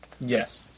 Yes